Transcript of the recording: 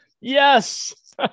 yes